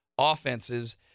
offenses